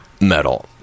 metal